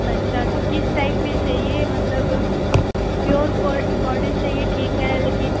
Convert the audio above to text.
अच्छा तो किस टाइप में चाहिए मतलब प्योर कॉटन चाहिए ठीक है लेकिन